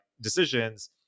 decisions